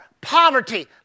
poverty